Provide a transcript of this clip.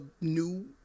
new